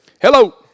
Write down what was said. Hello